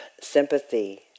sympathy